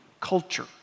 culture